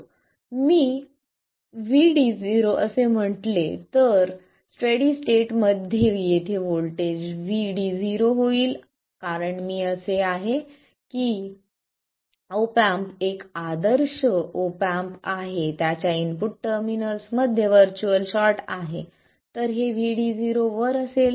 आणि मी VD0 असे म्हटले तर स्टेडी स्टेट मध्ये येथे व्होल्टेज VD0 होईल कारण मी असे आहे की ऑप एम्प एक आदर्श ऑप एम्प आहे त्याच्या इनपुट टर्मिनल्समध्ये वर्च्युअल शॉर्ट आहे तर हे VD0 वर असेल